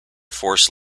force